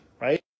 right